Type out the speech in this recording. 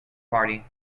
party